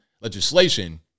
legislation